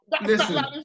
listen